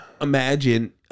imagine